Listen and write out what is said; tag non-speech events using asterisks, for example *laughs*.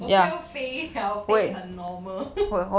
我不要飞 liao 飞很 normal *laughs*